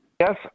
Yes